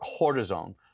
cortisone